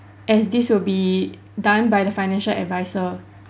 as this will be done by the financial advisor